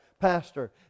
pastor